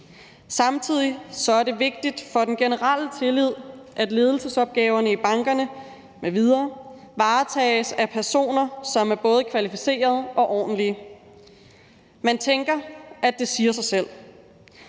Samtidig er det vigtigt for den generelle tillid, at ledelsesopgaverne i bankerne m.v. varetages af personer, som er både kvalificerede og ordentlige. Man tænker, at det siger sig selv.